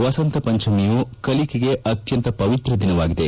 ವಸಂತ ಪಂಚಮಿಯು ಕಲಿಕೆಗೆ ಅತ್ಯಂತ ಪವಿತ್ರ ದಿನವಾಗಿದೆ